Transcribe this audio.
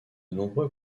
nombreux